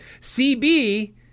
CB